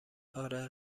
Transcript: آره